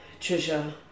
Trisha